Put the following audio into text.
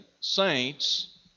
saints